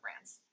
brands